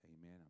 Amen